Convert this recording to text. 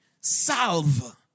salve